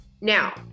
Now